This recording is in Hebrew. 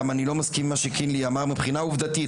אני גם לא מסכים עם דבריו של קינלי מבחינה עובדתית,